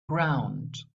ground